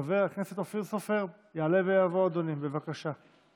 חבר הכנסת אופיר סופר, יעלה ויבוא אדוני, בבקשה.